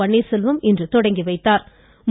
பன்னீா்செல்வம் இன்று துவக்கி வைத்தாா்